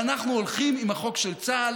ואנחנו הולכים עם החוק של צה"ל,